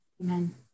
Amen